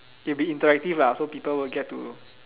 it'll be interactive lah so people will get to